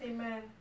Amen